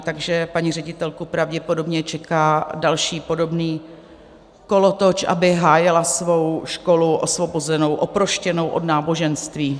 Takže paní ředitelku pravděpodobně čeká další podobný kolotoč, aby hájila svou školu, osvobozenou, oproštěnou od náboženství.